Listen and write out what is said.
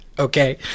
okay